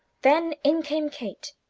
then in came kate.